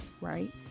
Right